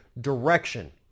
direction